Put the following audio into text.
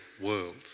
world